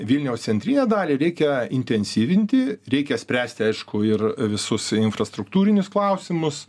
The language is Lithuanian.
vilniaus centrinę dalį reikia intensyvinti reikia spręsti aišku ir visus infrastruktūrinius klausimus